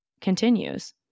continues